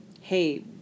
Hey